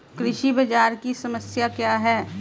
कृषि बाजार की समस्या क्या है?